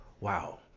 Wow